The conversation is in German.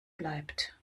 bleibt